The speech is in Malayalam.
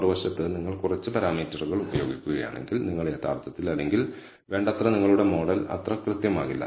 മറുവശത്ത് നിങ്ങൾ കുറച്ച് പാരാമീറ്ററുകൾ ഉപയോഗിക്കുകയാണെങ്കിൽ നിങ്ങൾ യഥാർത്ഥത്തിൽ അല്ലെങ്കിൽ വേണ്ടത്ര നിങ്ങളുടെ മോഡൽ അത്ര കൃത്യമാകില്ല